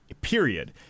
period